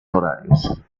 horarios